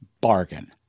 bargain